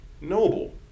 noble